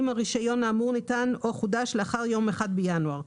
אם הרישיון האמור ניתן או חודש לאחר יום 1 בינואר.